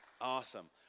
Awesome